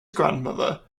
grandmother